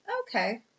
Okay